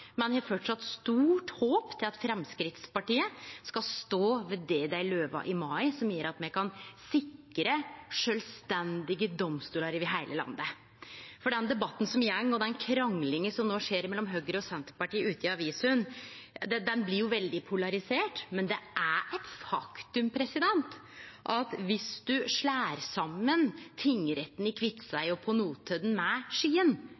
men har framleis eit stort håp om at Framstegspartiet skal stå ved det dei lova i mai, og som gjer at me kan sikre sjølvstendige domstolar over heile landet. Den debatten som går, og den kranglinga som no skjer mellom Høgre og Senterpartiet ute i avisene, blir veldig polarisert, men det er eit faktum at viss ein slår saman tingretten i Kviteseid og på Notodden med Skien,